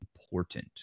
important